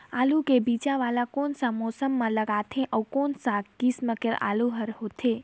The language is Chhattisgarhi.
आलू के बीजा वाला कोन सा मौसम म लगथे अउ कोन सा किसम के आलू हर होथे?